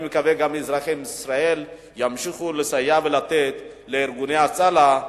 אני מקווה שגם אזרחי ישראל ימשיכו לסייע ולתת לארגוני ההצלה.